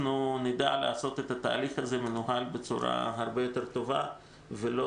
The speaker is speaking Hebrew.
אנחנו נדע לעשות את התהליך הזה מנוהל בצורה הרבה יותר טובה ולא